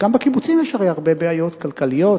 וגם בקיבוצים יש הרי הרבה בעיות כלכליות,